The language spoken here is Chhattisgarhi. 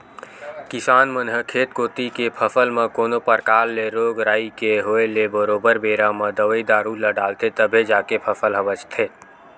किसान मन ह खेत कोती के फसल म कोनो परकार ले रोग राई के होय ले बरोबर बेरा म दवई दारू ल डालथे तभे जाके फसल ह बचथे